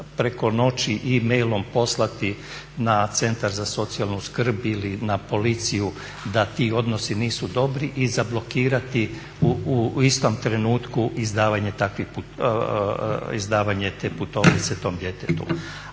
preko noći e-mailom poslati na Centar za socijalnu skrb ili na policiju da ti odnosi nisu dobri i zablokirati u istom trenutku izdavanje te putovnice tom djetetu.